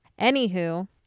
Anywho